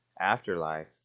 Afterlife